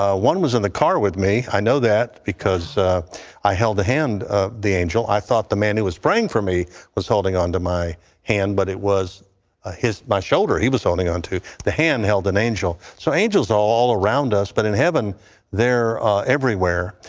ah one was in the car with me i know that because i held the hand of the angel. i thought the man who was praying for me was holding on to my hand but it was ah my shoulder he was holding on to. the hand held an angel. so angels are all around us. but in heaven they're everywhere.